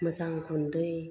मोजां गुन्दै